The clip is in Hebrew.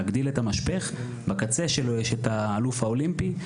להגדיל את המשפך, בקצה שלו יש את האלוף האולימפי.